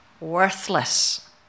worthless